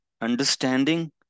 understanding